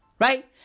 Right